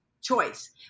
choice